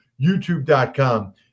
youtube.com